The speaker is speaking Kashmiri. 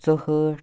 ژُہٲٹھ